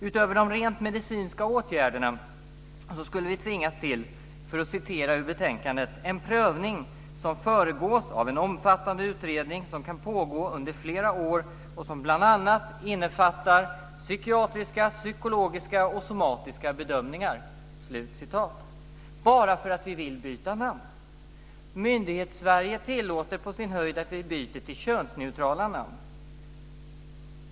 Utöver de rent medicinska åtgärderna så skulle vi tvingas till, för att citera ur betänkandet, en prövning som "föregås av en omfattande utredning som kan pågå under flera år och som bl.a. innefattar psykiatriska, psykologiska och somatiska bedömningar." Och detta bara för att vi vill byta namn. Myndighetssverige tillåter på sin höjd att vi byter till könsneutrala namn.